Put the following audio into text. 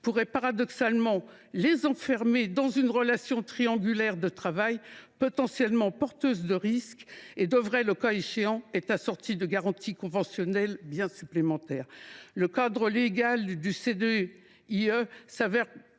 pourrait paradoxalement les enfermer dans une relation triangulaire de travail potentiellement porteuse de risques, et devrait le cas échéant être assortie de garanties conventionnelles supplémentaires ». Le cadre légal du CDIE est